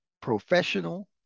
professional